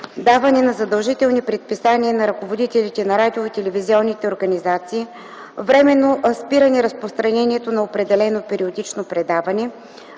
„даване на задължителни предписания на ръководителите на радио- и телевизионните организации; временно спиране разпространението на определено периодично предаване;